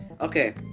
Okay